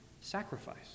sacrifice